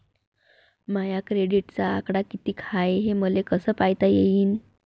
माया क्रेडिटचा आकडा कितीक हाय हे मले कस पायता येईन?